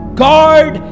guard